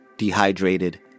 dehydrated